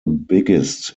biggest